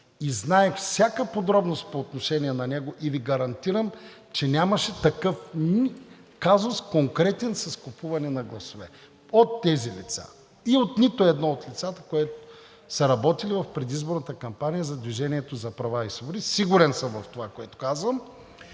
и знаех всяка подробност по отношение на него и Ви гарантирам, че нямаше такъв казус конкретен с купуване на гласове от тези лица и от нито едно от лицата, които са работили в предизборната кампания за „Движение за права и свободи“. Сигурен съм в това, което казвам.